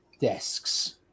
desks